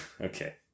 okay